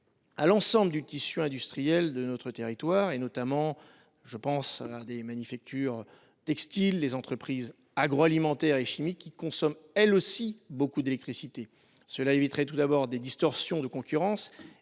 à l’ensemble du tissu industriel de notre territoire, en particulier aux manufactures textiles et aux entreprises agroalimentaires et chimiques qui consomment, elles aussi, beaucoup d’électricité. On éviterait ainsi des distorsions de concurrence